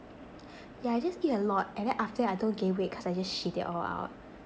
yeah I just eat a lot and then after that I don't gain weight cause I just shit it all out